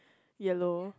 yellow